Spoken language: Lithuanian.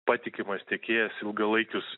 patikimas tiekėjas ilgalaikius